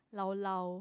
llao-llao